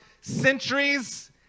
centuries